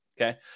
Okay